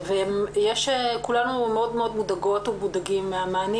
כולנו מאוד מודאגות ומודאגים מהמענים